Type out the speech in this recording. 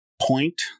point